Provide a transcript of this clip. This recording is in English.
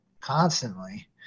constantly